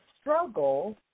struggle